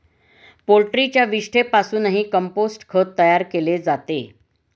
पोल्ट्रीच्या विष्ठेपासूनही कंपोस्ट खत तयार केले जाते